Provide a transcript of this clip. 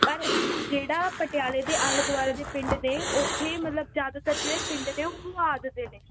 ਪਰ ਜਿਹੜਾ ਪਟਿਆਲੇ ਦੇ ਆਲੇ ਦੁਆਲੇ ਦੇ ਪਿੰਡ ਨੇ ਉੱਥੇ ਮਤਲਬ ਜ਼ਿਆਦਾਤਰ ਜਿਹੜੇ ਪਿੰਡ ਨੇ ਉਹ ਪੁਆਧ ਦੇ ਨੇ